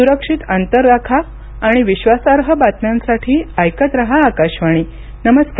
सुरक्षित अंतर राखा आणि विश्वासार्ह बातम्यांसाठी ऐकत राहा आकाशवाणी नमस्कार